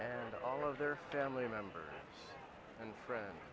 and all of their family members and friends